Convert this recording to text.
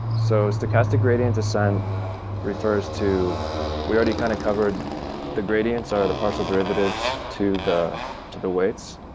so stochastic gradient descent refers to we already kind of covered the gradients, or the partial derivatives to the to the weights,